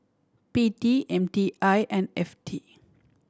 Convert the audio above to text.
P T M T I and F T